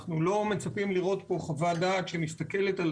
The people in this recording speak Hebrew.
אנו לא מצפים לראות פה חוות דעת שמסתכלת על